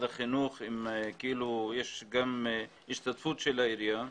החינוך ויש גם השתתפות של העירייה,